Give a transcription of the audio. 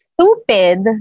stupid